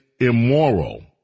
immoral